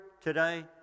today